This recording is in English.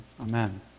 Amen